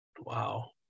Wow